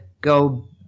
go